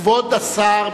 כבוד השר,